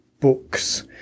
books